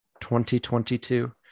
2022